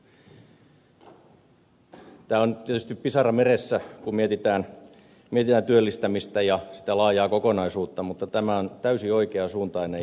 tämä on tietysti pisara meressä kun mietitään työllistämistä ja sitä laajaa kokonaisuutta mutta tämä on täysin oikeasuuntainen